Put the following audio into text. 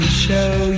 show